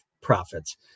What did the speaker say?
profits